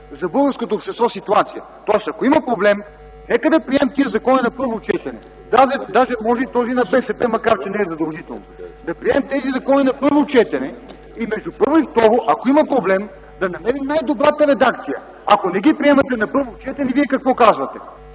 за българското общество ситуация. Тоест, ако има проблем, нека да приемем тия закони на първо четене, даже може и този на БСП, макар че не е задължително. Да приемем тези закони на първо четене и между първо и второ, ако има проблем, да намерим най-добрата редакция. Ако не ги приемете на първо четене, Вие какво казвате?